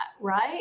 right